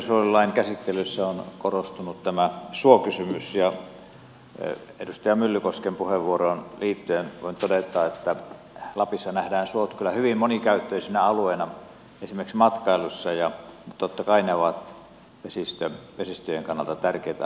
ympäristönsuojelulain käsittelyssä on korostunut tämä suokysymys ja edustaja myllykosken puheenvuoroon liittyen voin todeta että lapissa nähdään suot kyllä hyvin monikäyttöisinä alueina esimerkiksi matkailussa ja totta kai ne ovat vesistöjen kannalta tärkeitä alueita